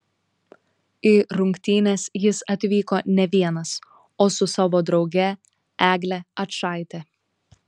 į rungtynes jis atvyko ne vienas o su savo drauge egle ačaite